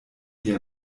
dir